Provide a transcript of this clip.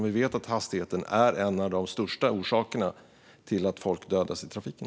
Vi vet att hastigheten är en av de största orsakerna till att människor dödas i trafiken.